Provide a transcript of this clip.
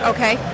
Okay